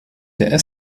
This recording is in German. der